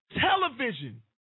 television